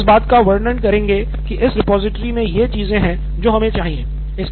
आप कैसे इस बात का वर्णन करेंगे की इस रिपॉजिटरी मे ये चीजें हैं जो हमें चाहिए